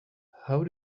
how